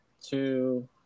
two